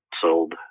sold